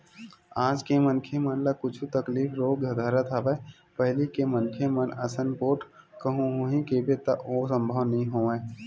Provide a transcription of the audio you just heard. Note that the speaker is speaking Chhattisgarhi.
आज के मनखे मन ल कुछु तकलीफ रोग धरत हवय पहिली के मनखे मन असन पोठ कहूँ होही कहिबे त ओ संभव नई होवय